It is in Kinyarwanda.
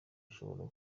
ushobora